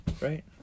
right